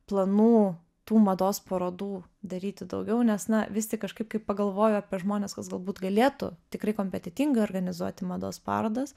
planų tų mados parodų daryti daugiau nes na vis tik kažkaip kai pagalvoju apie žmones kas galbūt galėtų tikrai kompetentingai organizuoti mados parodas